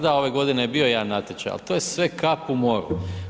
Da, ove godine je bio jedan natječaj, ali to je sve kap u moru.